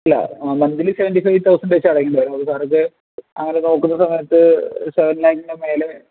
അല്ല monthly seventy five thousand വച്ച് അടക്കേണ്ടി വരും അത് സാർക്ക് അങ്ങനെ നോക്കുന്ന സമയത്ത് സാറിന് അതിന് മേലെ